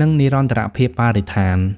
និងនិរន្តរភាពបរិស្ថាន។